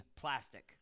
plastic